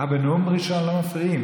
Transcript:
בנאום ראשון לא מפריעים.